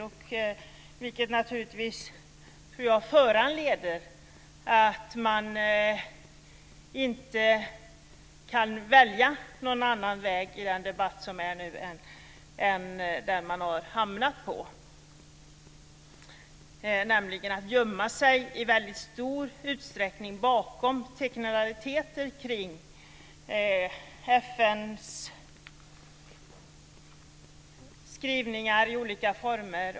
Det föranleder naturligtvis att man inte kan välja någon annan väg i den debatt som förs nu än den som man har hamnat på, nämligen att i stor utsträckning gömma sig bakom teknikaliteter kring FN:s skrivningar i olika former.